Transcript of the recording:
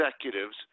executives